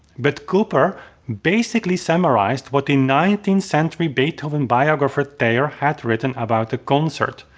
but cooper basically summarized what the nineteenth century beethoven biographer thayer had written about the concert.